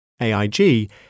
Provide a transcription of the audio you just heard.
AIG